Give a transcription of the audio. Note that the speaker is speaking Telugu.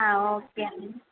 ఓకే అండి